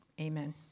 Amen